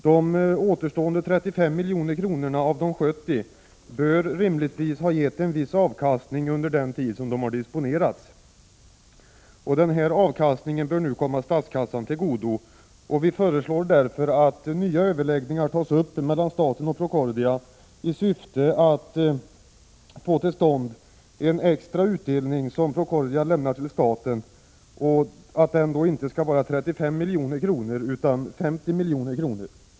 De återstående 35 miljoner kronorna av de 70 bör rimligtvis har gett en viss avkastning under den tid som de har disponerats, och denna avkastning bör nu komma statskassan till godo. Vi föreslår därför att nya överläggningar tas upp mellan staten och Procordia i syfte att få till stånd en extra utdelning som Procordia lämnar till staten; den skall då inte vara 35 milj.kr. utan 50 milj.kr.